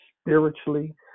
spiritually